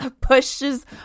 pushes